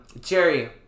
Jerry